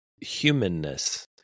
humanness